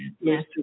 Yes